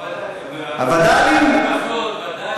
וד"לים, וד"לים.